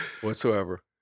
whatsoever